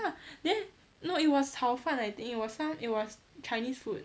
then no it was 炒饭 I think it was some it was chinese food